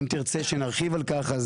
אם תרצה שנרחיב על כך,